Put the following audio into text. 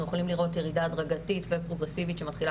אנחנו יכולים לראות ירידה הדרגתית ופרוגרסיבית שמתחילה